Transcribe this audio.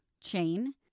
chain